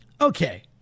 Okay